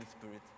Spirit